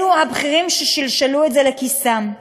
אלה, הבכירים ששלשלו את זה לכיסם.